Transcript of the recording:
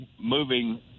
moving